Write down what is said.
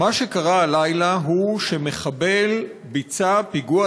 "מה שקרה הלילה הוא שמחבל ביצע פיגוע